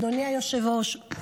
אדוני היושב-ראש,